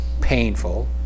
painful